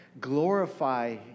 glorify